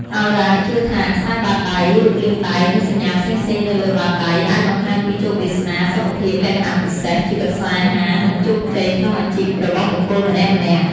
ហោរាជឿថា ខ្សែបាតដៃ រូបរាងដៃ និងសញ្ញាផ្សេងៗនៅលើបាតដៃ អាចបង្ហាញពីជោគវាសនា សុខភាព លក្ខណៈពិសេស ជីវិតស្នេហា និងជោគជ័យក្នុងអាជីពរបស់បុគ្គលម្នាក់ៗ។